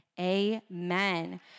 amen